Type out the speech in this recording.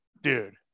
Dude